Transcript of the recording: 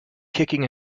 kicking